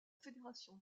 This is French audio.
fédération